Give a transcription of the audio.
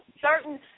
certain